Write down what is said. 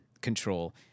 control